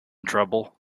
trouble